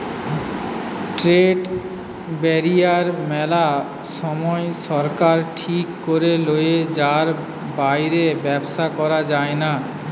trade barrier মেলা সময় সরকার ঠিক করে লেয় যার বাইরে ব্যবসা করা যায়না